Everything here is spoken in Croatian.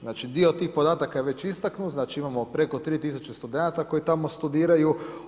Znači, dio tih podataka je već istaknut, znači imamo preko 3 tisuće studenata koji tamo studiraju.